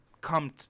come